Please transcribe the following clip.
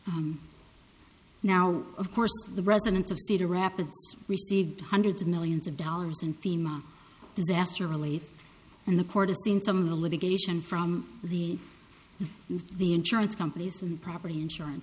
now of course the residents of cedar rapids received hundreds of millions of dollars in fema disaster relief and the court is seeing some of the litigation from the the insurance companies from property insurance